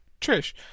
Trish